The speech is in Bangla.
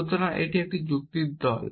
সুতরাং এটি হল যুক্তি দল